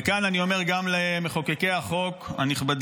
וכאן אני אומר גם למחוקקי החוק הנכבדים,